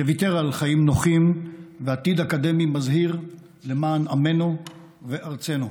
וויתר על חיים נוחים ועתיד אקדמי מזהיר למען עמנו וארצנו.